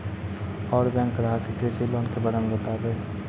और बैंक ग्राहक के कृषि लोन के बारे मे बातेबे?